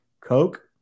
coke